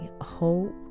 hope